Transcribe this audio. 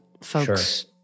folks